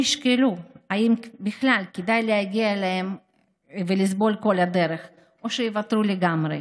והם ישקלו אם בכלל כדאי להגיע ולסבול כל הדרך או לוותר לגמרי.